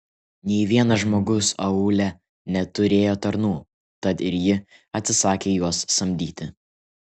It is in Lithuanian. nė vienas žmogus aūle neturėjo tarnų tad ir ji atsisakė juos samdyti